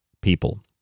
people